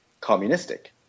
communistic